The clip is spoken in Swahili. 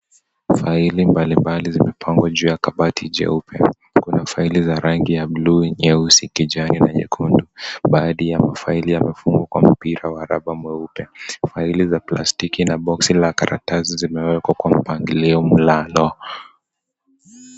Faili mbali mbali zimepangwa juu ya kabati jeupe, kuna faili za rangi ya (cs)blue(cs), nyeusi, kijani na nyekundu, baadhi ya mafaili yamefungwa kwa mpira wa raba mweupe, faili za plastiki na boxi la karatasi zimewekwa kwa mpangilio mlalo.